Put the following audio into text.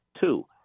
two